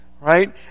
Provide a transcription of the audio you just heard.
right